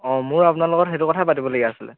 অঁ মোৰ আপোনাৰ লগত সেইটো কথাই পাতিলগীয়া আছিলে